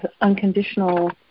unconditional